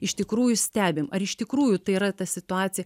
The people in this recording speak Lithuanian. iš tikrųjų stebim ar iš tikrųjų tai yra ta situacija